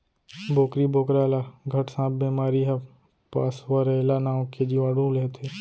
बोकरी बोकरा ल घट सांप बेमारी ह पास्वरेला नांव के जीवाणु ले होथे